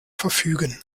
verfügen